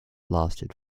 lasted